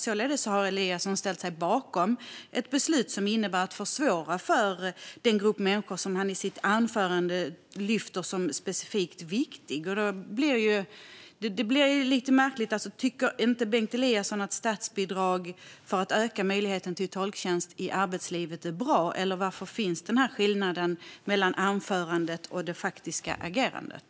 Således har Eliasson ställt sig bakom ett beslut som innebär att man försvårar för den grupp människor som han i sitt anförande lyfter fram som specifikt viktig. Det blir lite märkligt. Tycker inte Bengt Eliasson att statsbidrag för att öka möjligheten till tolktjänst i arbetslivet är bra, eller varför finns den här skillnaden mellan anförandet och det faktiska agerandet?